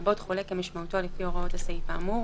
לרבות חולה כמשמעותו לפי הוראות הסעיף האמור,